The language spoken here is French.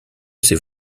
s’est